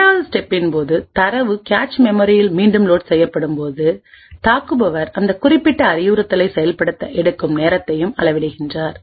2 வது ஸ்டெப்பின் போது தரவு கேச் மெமரியில் மீண்டும் லோட் செய்யப்படும் போது தாக்குபவர் அந்த குறிப்பிட்ட அறிவுறுத்தலை செயல்படுத்த எடுக்கும் நேரத்தையும் அளவிடுகிறார்